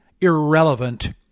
irrelevant